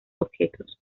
objetos